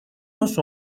los